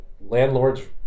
landlords